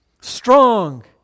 strong